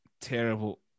Terrible